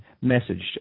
message